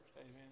Amen